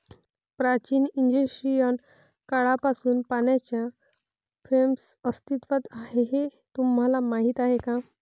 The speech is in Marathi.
प्राचीन इजिप्शियन काळापासून पाण्याच्या फ्रेम्स अस्तित्वात आहेत हे तुम्हाला माहीत आहे का?